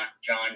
john